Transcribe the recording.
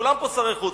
כולם פה שרי חוץ.